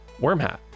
Wormhat